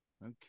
Okay